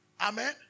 Amen